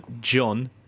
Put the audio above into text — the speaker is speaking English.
John